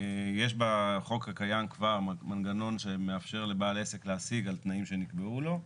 יש בחוק הקיים כבר מנגנון שמאפשר לבעל עסק להשיג על תנאים שנקבעו לו.